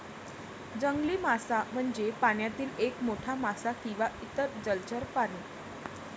जंगली मासा म्हणजे पाण्यातील एक मोठा मासा किंवा इतर जलचर प्राणी